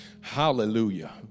Hallelujah